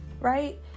right